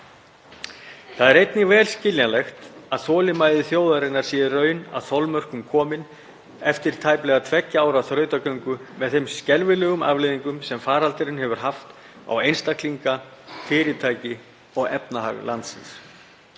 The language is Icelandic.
Það er einnig vel skiljanlegt að þolinmæði þjóðarinnar sé í raun að þolmörkum komin eftir tæplega tveggja ára þrautagöngu með þeim skelfilegu afleiðingum sem faraldurinn hefur haft á einstaklinga, fyrirtæki og efnahag landsins.